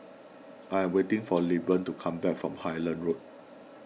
I am waiting for Lilburn to come back from Highland Road